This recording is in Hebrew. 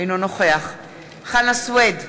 אינו נוכח חנא סוייד,